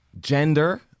gender